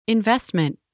Investment